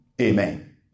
Amen